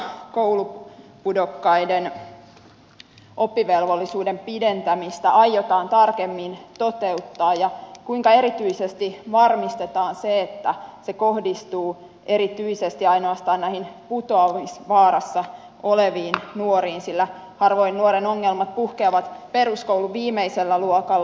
kysyisinkin kuinka koulupudokkaiden oppivelvollisuuden pidentämistä aiotaan tarkemmin toteuttaa ja kuinka erityisesti varmistetaan se että se kohdistuu erityisesti ainoastaan näihin putoamisvaarassa oleviin nuoriin sillä harvoin nuoren ongelmat puhkeavat peruskoulun viimeisellä luokalla